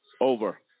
over